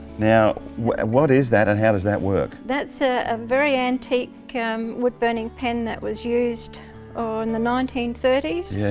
now what what is that and how does that work? that's a um very antique wood burning pen that was used in the nineteen-thirty's. yeah.